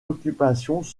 occupations